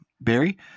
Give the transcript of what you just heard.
Barry